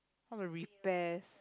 all the repairs